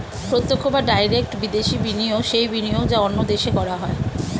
প্রত্যক্ষ বা ডাইরেক্ট বিদেশি বিনিয়োগ সেই বিনিয়োগ যা অন্য দেশে করা হয়